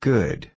Good